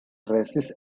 restis